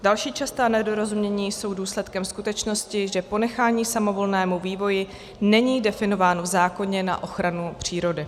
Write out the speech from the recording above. Další častá nedorozumění jsou důsledkem skutečnosti, že ponechání samovolnému vývoji není definováno v zákoně na ochranu přírody.